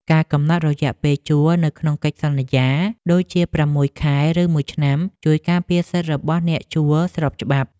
ការកំណត់រយៈពេលជួលនៅក្នុងកិច្ចសន្យាដូចជាប្រាំមួយខែ ឬមួយឆ្នាំជួយការពារសិទ្ធិរបស់អ្នកជួលស្របច្បាប់។